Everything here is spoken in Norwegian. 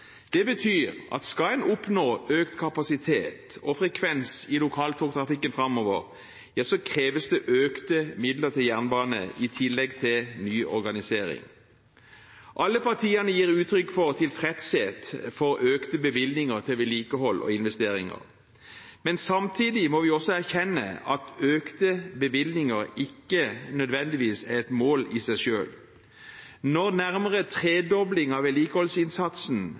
Det betyr at skal en oppnå økt kapasitet og frekvens i lokaltogtrafikken framover, kreves det økte midler til jernbane, i tillegg til ny organisering. Alle partiene gir uttrykk for tilfredshet med økte bevilgninger til vedlikehold og investeringer. Men samtidig må vi erkjenne at økte bevilgninger ikke nødvendigvis er et mål i seg selv. Når det er nærmere en tredobling av vedlikeholdsinnsatsen